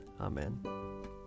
Amen